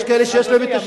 יש כאלה שיש להם שיטה,